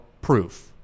proof